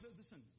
listen